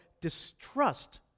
distrust